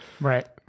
right